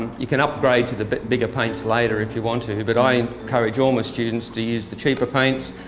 you can upgrade to the but bigger paints later if you want to, but i encourage all my students to use the cheaper paints.